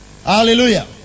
Hallelujah